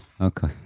Okay